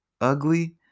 ugly